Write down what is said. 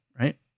right